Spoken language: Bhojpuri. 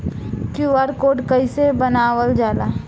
क्यू.आर कोड कइसे बनवाल जाला?